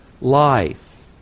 life